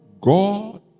God